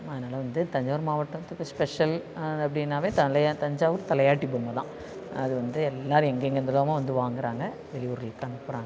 அதனால வந்து தஞ்சாவூர் மாவட்டத்துக்கு ஸ்பெஷல் அது அப்படின்னாவே தலையா தஞ்சாவூர் தலையாட்டி பொம்மை தான் அது வந்து எல்லோரும் எங்கெங்கேருந்துலாமோ வந்து வாங்கிறாங்க வெளியூருக்களுக்கு அனுப்புகிறாங்க